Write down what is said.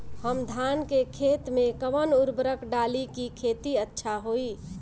हम धान के खेत में कवन उर्वरक डाली कि खेती अच्छा होई?